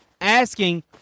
asking